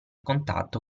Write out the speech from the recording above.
contatto